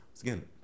again